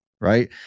right